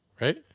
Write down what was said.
Right